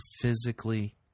physically